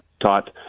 taught